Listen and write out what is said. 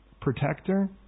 protector